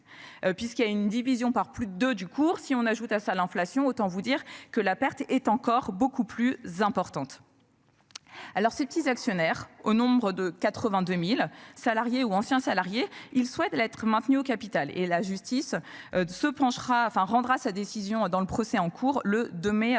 Puisqu'il y a une division par plus de du cours. Si on ajoute à ça l'inflation. Autant vous dire que la perte est encore beaucoup plus importante. Alors ces petits actionnaires, au nombre de 82.000 salariés ou anciens salariés. Il souhaite l'être maintenu au capital et la justice. Se penchera enfin rendra sa décision dans le procès en cours, le 2 mai